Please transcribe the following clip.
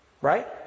Right